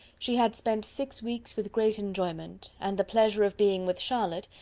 she had spent six weeks with great enjoyment and the pleasure of being with charlotte,